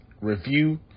review